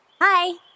Hi